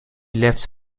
left